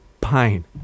PINE